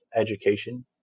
education